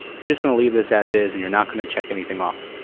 you're just going to leave this as is and you're not going to check anything off.